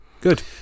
Good